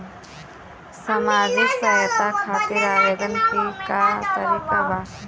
सामाजिक सहायता खातिर आवेदन के का तरीका बा?